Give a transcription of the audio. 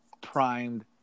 primed